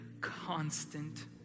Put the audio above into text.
constant